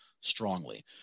strongly